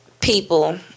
people